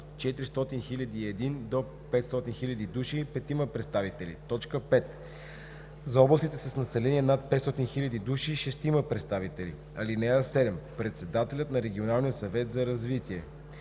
от 400 001 до 500 000 души – петима представители; 5. за областите с население над 500 000 души – шестима представители. (7) Председателят на регионалния съвет за развитие: